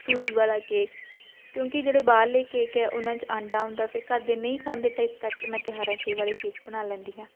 ਸੂਜੀ ਵਾਲਾ ਕੇਕ ਕਿਉਂਕਿ ਜਿਹੜੇ ਬਾਹਰਲੇ ਕੇਕ ਹੈ ਉਹਨਾਂ 'ਚ ਆਂਡਾ ਹੁੰਦਾ ਫਿਰ ਘਰਦੇ ਨਹੀਂ ਖਾਂਦੇ ਤਾਂ ਇਸ ਕਰਕੇ ਮੈਂ ਤਿਉਹਾਰਾਂ 'ਚ ਇਹ ਵਾਲੇ ਕੇਕ ਬਣਾ ਲੈਂਦੀ ਹਾਂ